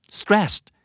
stressed